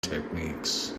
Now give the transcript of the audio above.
techniques